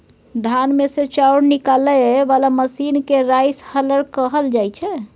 धान मे सँ चाउर निकालय बला मशीन केँ राइस हलर कहल जाइ छै